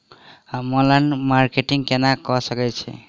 हम online marketing केना कऽ सकैत छी?